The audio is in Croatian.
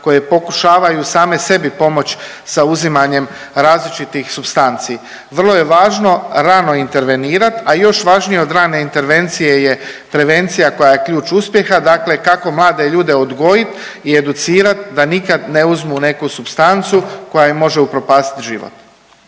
koje pokušavaju same sebi pomoći sa uzimanjem različitih supstanci. Vrlo je važno rano intervenirat, a još važnije od rane intervencije je prevencija koja je ključ uspjeha. Dakle, kako mlade ljude odgojit i educirat da nikad ne uzmu neku supstancu koja im može upropastit život.